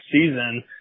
season